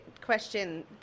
question